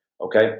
okay